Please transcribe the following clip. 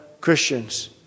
Christians